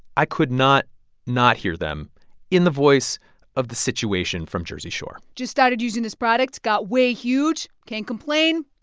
i could not not hear them in the voice of the situation from jersey shore. just started using this product. got way huge. can't complain.